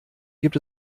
gibt